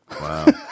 Wow